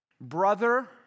Brother